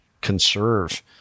conserve